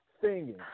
singing